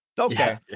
Okay